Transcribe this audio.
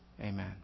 Amen